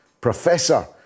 Professor